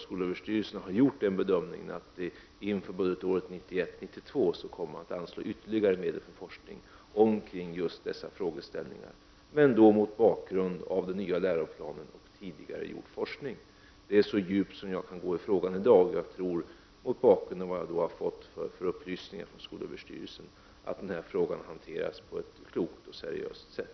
Skolöverstyrelsen har gjort bedömningen att det inför budgetåret 1991/92 kommer att anslås ytterligare medel för forskning i just dessa frågor, men då mot bakgrund av den nya läroplanen och tidigare gjord forskning. Det är så djupt som jag kan tränga in i den frågan i dag. Mot bakgrund av de upplysningar som jag har fått från skolöverstyrelsen tror jag att frågan hanteras på ett klokt och seriöst sätt.